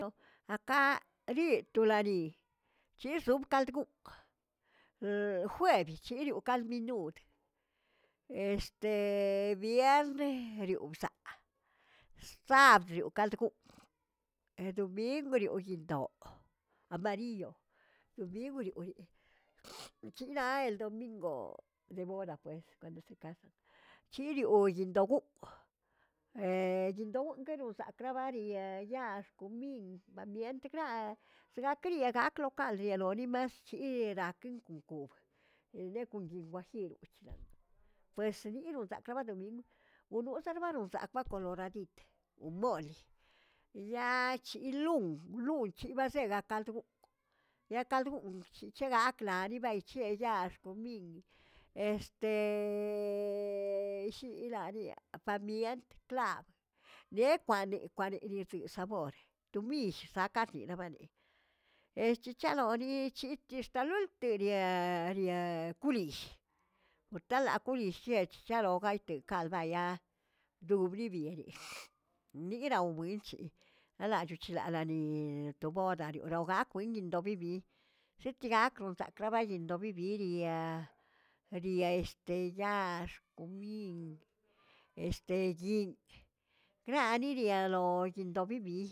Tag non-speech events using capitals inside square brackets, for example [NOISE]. [HESITATION] aka liꞌi tulani chixsom kald goonꞌ, [HESITATION] juebi chiriokald minotꞌ, este biernerior bsaꞌa, sabd kald goon, domingw yinꞌdoꞌo, amarillo, domingwrioriꞌ [NOISE] chiꞌgnaꞌl eldomingoꞌ de bodas pues cuando se casan chirioꞌ yinꞌdoꞌo goꞌo [HESITATION] yinꞌdoꞌo gueroꞌo sabkrarie yaax comin pamientgraꞌa sgakri egaꞌak local lielo limaꞌst chiꞌdaꞌkri konkob, ende kon yin wajir wrchidan, pues ninoꞌzakraꞌbada domingw onosalbaronzaꞌkba koloradit omoꞌoleꞌi yaꞌ chil lun lun chibalzegak kald goonꞌ, ye kald goonꞌ cheche gakla ni bal, chiꞌe yaax comin [HESITATION] shi ilaꞌa niꞌa pamient klab yen kwane kwane diidzi sabor tomiy saꞌkate baneꞌe eschichaloni chitixtaloltiria'a ria kuliy por tala kuliy shiꞌechshalogayte kaꞌlbayaꞌa dowlibieyey [NOISE] diraubuinchi alꞌachochelaꞌalani to boda rioraujuakui indoꞌo bibi zitejaꞌkx zako bado yinꞌdoꞌo bibiri yaa riaeste yaax, comin, este yinꞌ granilialow yinꞌdoꞌ bib'.